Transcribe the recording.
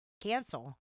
cancel